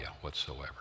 whatsoever